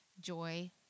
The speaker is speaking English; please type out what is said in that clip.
Joy